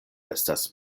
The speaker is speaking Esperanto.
estas